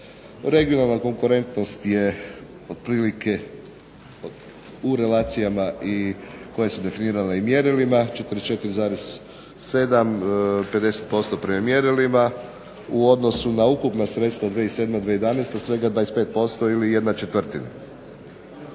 Regionalna konkurentnost je otprilike u relacijama i koje su definirane i mjerilima 44,7, 50% prema mjerilima u odnosu na ukupna sredstva 2007.-2011. svega 25% ili jedna četvrtina.